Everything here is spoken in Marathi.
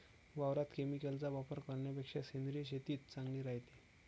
वावरात केमिकलचा वापर करन्यापेक्षा सेंद्रिय शेतीच चांगली रायते